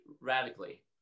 radically